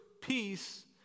peace